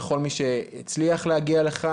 לכל מי שהצליח להגיע לכאן,